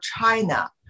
China